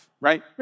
right